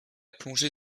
plongée